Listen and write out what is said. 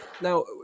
now